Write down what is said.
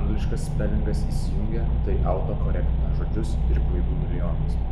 angliškas spelingas įsijungia tai autokorektina žodžius ir klaidų milijonas